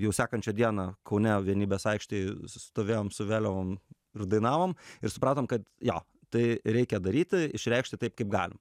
jau sekančią dieną kaune vienybės aikštėj stovėjom su vėliavom ir dainavom ir supratom kad jo tai reikia daryti išreikšti taip kaip galim